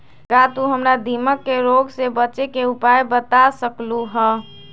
का तू हमरा दीमक के रोग से बचे के उपाय बता सकलु ह?